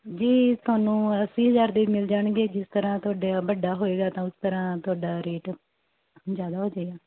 ਜੀ ਤੁਹਾਨੂੰ ਅੱਸੀ ਹਜ਼ਾਰ ਦੇ ਮਿਲ ਜਾਣਗੇ ਜਿਸ ਤਰ੍ਹਾਂ ਤੁਹਾਡੇ ਵੱਡਾ ਹੋਏਗਾ ਤਾਂ ਉਸ ਤਰ੍ਹਾਂ ਤੁਹਾਡਾ ਰੇਟ ਜ਼ਿਆਦਾ ਹੋਜੇਗਾ